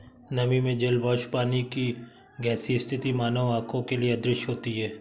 नमी में जल वाष्प पानी की गैसीय स्थिति मानव आंखों के लिए अदृश्य होती है